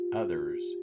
others